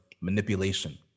manipulation